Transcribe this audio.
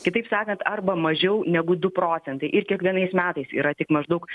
kitaip sakant arba mažiau negu du procentai ir kiekvienais metais yra tik maždaug